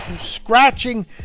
scratching